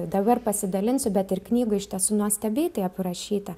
dabar pasidalinsiu bet ir knygoj iš tiesų nuostabiai tai aprašyta